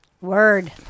Word